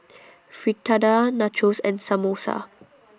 Fritada Nachos and Samosa